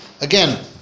Again